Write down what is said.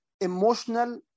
emotional